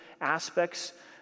aspects